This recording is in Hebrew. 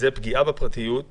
אנחנו שואלים אדם,